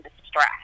distress